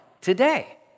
today